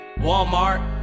Walmart